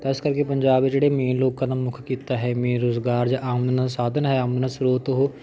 ਤਾਂ ਇਸ ਕਰਕੇ ਪੰਜਾਬ ਜਿਹੜੇ ਮੇਨ ਲੋਕਾਂ ਦਾ ਮੁੱਖ ਕਿੱਤਾ ਹੈ ਮੇਨ ਰੁਜ਼ਗਾਰ ਜਾਂ ਆਮਦਨ ਸਾਧਨ ਹੈ ਆਮਦਨ ਸਰੋਤ ਉਹ